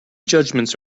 judgements